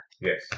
Yes